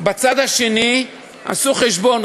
בצד השני עשו חשבון,